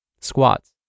squats